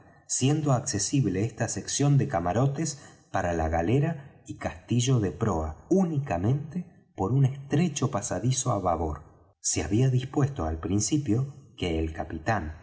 siendo accesible esta sección de camarotes para la galera y castillo de proa únicamente por un estrecho pasadizo á babor se había dispuesto al principio que el capitán